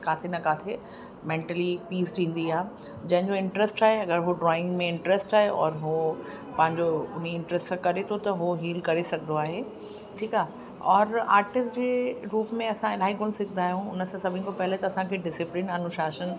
किथे न किथे मैंटली पीस ॾींदी आहे जंहिंजो इंट्रस्ट रहे अगरि उहो ड्रॉइंग में इंट्रस्ट आहे उन जो और हो पंहिंजो उन्हीअ इंट्रस्ट सां करे थो त उहो हील करे सघंदो आहे ठीकु आहे और आर्टिस्ट जे रूप में असां इलाही गुण सिखंदा आहियूं उन सां सभिनि खां पहिले त डिसिप्लिन अनुशासन